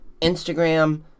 Instagram